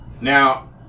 now